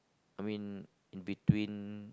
I mean in between